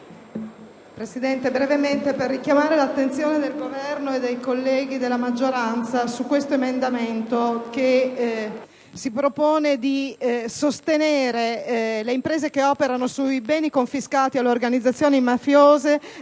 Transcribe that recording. Presidente, intendo richiamare l'attenzione del Governo e dei colleghi della maggioranza su questo emendamento, che si propone di sostenere le imprese che operano sui beni confiscati alle organizzazioni mafiose